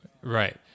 right